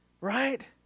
Right